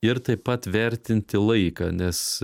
ir taip pat vertinti laiką nes